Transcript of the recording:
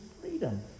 freedom